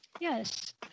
Yes